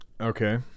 Okay